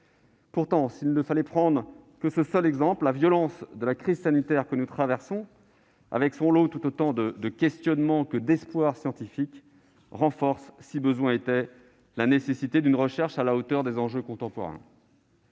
Pourtant, s'il ne fallait prendre que ce seul exemple, la violence de la crise sanitaire que nous traversons, avec son lot de questionnements et d'espoirs scientifiques, renforce, si besoin était, la nécessité d'une recherche à la hauteur des enjeux contemporains.